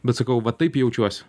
bet sakau va taip jaučiuosi